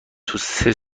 توسه